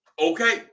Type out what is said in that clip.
okay